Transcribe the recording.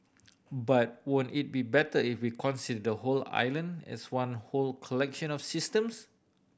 but won't it be better if we consider the whole island as one whole collection of systems